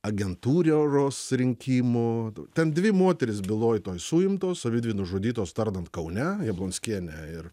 agentūriros rinkimų ten dvi moterys byloj toj suimtos dvi nužudytos tardant kaune jablonskienė ir